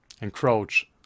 encroach